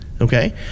okay